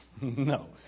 No